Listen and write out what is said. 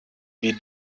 wie